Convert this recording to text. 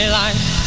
life